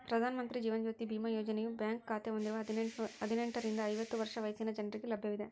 ಪ್ರಧಾನ ಮಂತ್ರಿ ಜೀವನ ಜ್ಯೋತಿ ಬಿಮಾ ಯೋಜನೆಯು ಬ್ಯಾಂಕ್ ಖಾತೆ ಹೊಂದಿರುವ ಹದಿನೆಂಟುರಿಂದ ಐವತ್ತು ವರ್ಷ ವಯಸ್ಸಿನ ಜನರಿಗೆ ಲಭ್ಯವಿದೆ